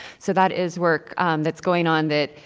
so that is work that's going on that,